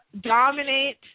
dominate